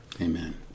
Amen